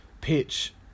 pitch